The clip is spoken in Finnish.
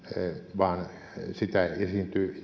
vaan sitä esiintyy